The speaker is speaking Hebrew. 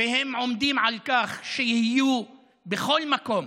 והם עומדים על כך שיהיו בכל מקום